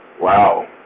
Wow